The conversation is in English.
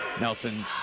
Nelson